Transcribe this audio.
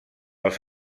els